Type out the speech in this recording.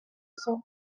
cent